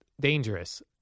dangerous